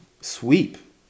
sweep